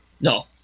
no